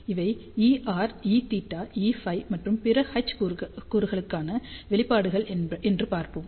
இவை Er Eθ Eφ மற்றும் பிற H கூறுகளுக்கான வெளிப்பாடுகள் என்று பார்ப்போம்